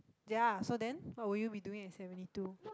ya so then what would you be doing at seventy two